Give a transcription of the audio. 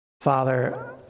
Father